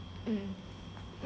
mm